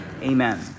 Amen